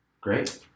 Great